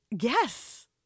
Yes